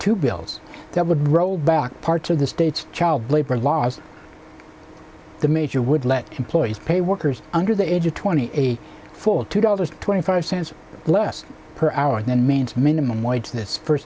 two bills that would roll back parts of the state's child labor laws the major would let employees pay workers under the age of twenty eight for two dollars twenty five cents less per hour than maine's minimum wage